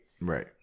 right